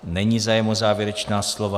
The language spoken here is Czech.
Není zájem o závěrečná slova.